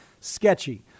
Sketchy